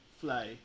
fly